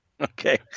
Okay